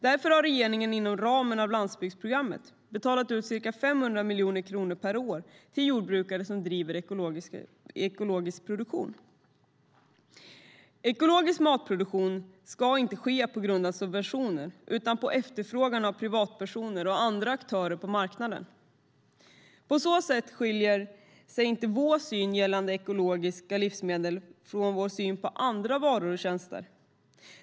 Därför har regeringen inom ramen för landsbygdsprogrammet betalat ut ca 500 miljoner kronor per år till jordbrukare som bedriver ekologisk produktion. Ekologisk matproduktion ska inte ske på grund av subventioner utan på grund av efterfrågan av privatpersoner och andra aktörer på marknaden. På så sätt skiljer sig inte vår syn gällande ekologiska livsmedel från vår syn på andra varor och tjänster.